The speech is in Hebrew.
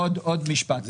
עוד משפט,